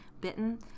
bitten